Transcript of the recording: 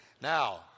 Now